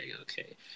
okay